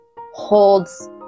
holds